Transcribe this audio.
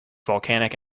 volcanic